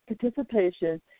participation